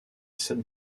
sept